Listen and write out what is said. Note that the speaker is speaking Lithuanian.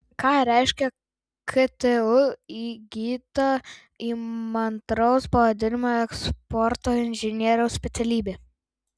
ką reiškia ktu įgyta įmantraus pavadinimo eksporto inžinieriaus specialybė